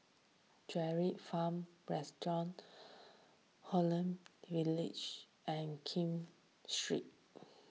D'Kranji Farm Restaurant and Kim Street